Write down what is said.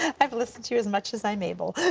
i've listened to you as much as i'm able.